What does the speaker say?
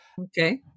Okay